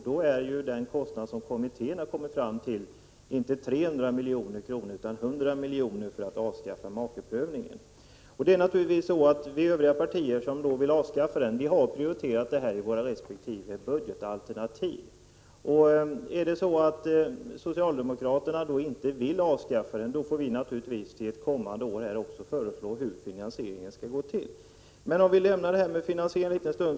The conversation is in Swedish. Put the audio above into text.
Därför är den kostnad som kommittén har kommit fram till inte 300 milj.kr. utan 100 milj.kr. för avskaffande av äktamakeprövningen. Vi övriga partier som vill avskaffa denna prövning har naturligtvis prioriterat det i våra resp. budgetalternativ. Vill socialdemokraterna inte avskaffa äktamakeprövningen får vi naturligtvis till ett kommande år föreslå hur finansieringen skall gå till. Låt mig lämna frågan om med finansieringen för en stund.